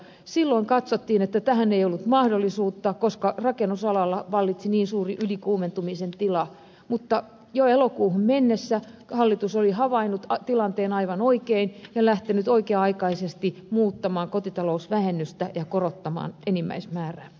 silloin katsottiin että tähän ei ollut mahdollisuutta koska rakennusalalla vallitsi niin suuri ylikuumentumisen tila mutta jo elokuuhun mennessä hallitus oli havainnut tilanteen aivan oikein ja lähtenyt oikea aikaisesti muuttamaan kotitalousvähennystä ja korottamaan enimmäismäärää